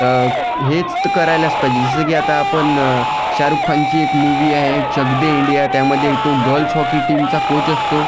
हेच करायलाच पाहिजे जसं की आता आपण शाहरुख खानची एक मूवी आहे चक दे इंडिया त्यामध्ये तो गर्ल्स हॉकी टीमचा कोच असतो